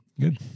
good